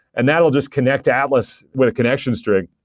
and that will just connect to atlas with a connection string.